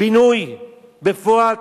בינוי בפועל,